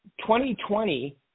2020